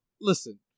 Listen